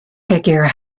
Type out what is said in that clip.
figure